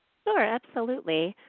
sure, absolutely.